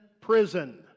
prison